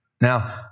Now